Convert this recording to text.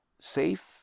safe